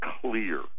clear